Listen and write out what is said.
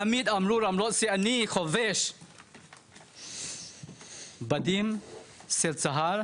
תמיד אמרו, "למרות שאני חובש מדים של צה"ל,